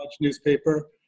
newspaper